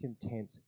content